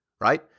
right